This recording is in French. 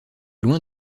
loin